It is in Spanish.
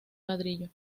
ladrillo